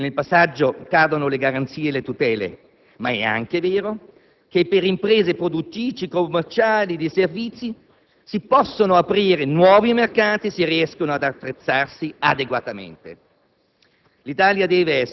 È vero che nel passaggio cadono le garanzie e le tutele, ma è anche vero che per le imprese produttrici e commerciali di servizi si possono aprire nuovi mercati se riescono ad attrezzarsi adeguatamente.